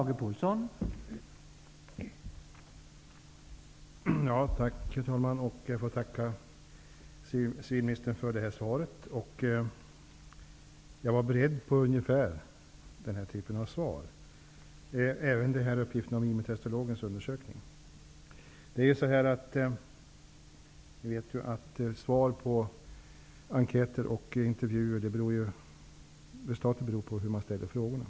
Herr talman! Jag får tacka civilministern för svaret. Jag var beredd på ungefär denna typ av svar, även på uppgifterna från IMU-Testologens undersökning. Vi vet att svar på enkäter och intervjuer beror på hur man ställer frågorna.